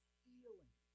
feeling